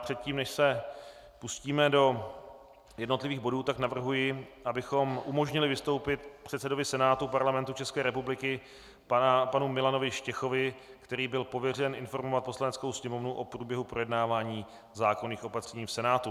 Předtím, než se pustíme do jednotlivých bodů, navrhuji, abychom umožnili vstoupit předsedovi Senátu Parlamentu České republiky panu Milanu Štěchovi, který byl pověřen informovat Poslaneckou sněmovnu o průběhu projednávání zákonných opatření v Senátu.